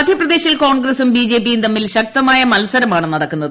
മധ്യപ്രദേശിൽ കോൺഗ്രസ്സും ബി ജെ പിയും തമ്മിൽ ശക്തമായ മത്സരമാണ് നടക്കുന്നത്